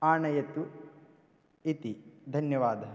आनयतु इति धन्यवादः